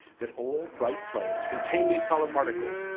that all bright flames contain these solid particles.